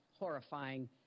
horrifying